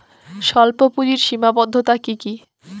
স্বল্পপুঁজির সীমাবদ্ধতা কী কী?